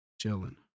chilling